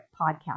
podcast